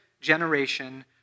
generation